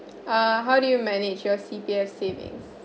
uh how do you manage your C_P_F savings